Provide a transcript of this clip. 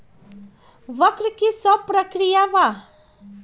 वक्र कि शव प्रकिया वा?